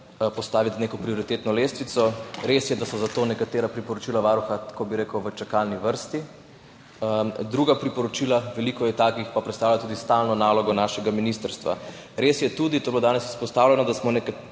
postaviti na neko prioritetno lestvico. Res je, da so zato nekatera priporočila Varuha, tako bi rekel, v čakalni vrsti, druga priporočila, veliko je takih, pa predstavljajo tudi stalno nalogo našega ministrstva. Res je tudi, to je bilo danes izpostavljeno, da smo za nekatera